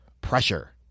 pressure